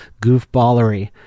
goofballery